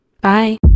bye